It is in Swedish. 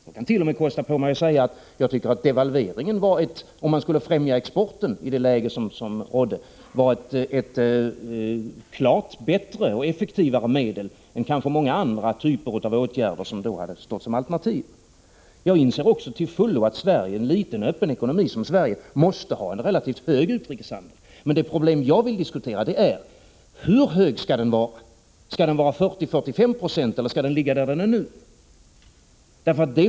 Jag kan t.o.m. kosta på mig att säga, att jag tycker att devalveringen, om man skulle främja exporten i det läge som rådde, var ett klart bättre och effektivare medel än kanske många andra typer av åtgärder som hade stått som alternativ. Jag inser också till fullo att Sverige, med en liten och öppen ekonomi, måste ha en relativt stor utrikeshandel. Men det problem jag vill diskutera är: Hur stor skall den vara? Skall den vara 40-45 96 eller skall den ligga där den nu ligger?